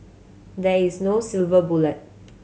there is no silver bullet